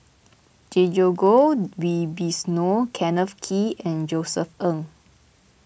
Djoko Wibisono Kenneth Kee and Josef Ng